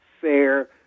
fair